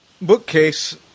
bookcase